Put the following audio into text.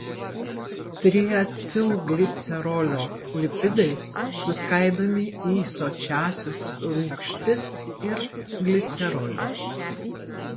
triacilglicerolio lipidai suskaidomi į sočiąsias rūgštis ir glicerolį